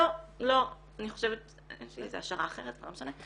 לא, לא, יש לי איזה השערה אחרת, אבל לא משנה.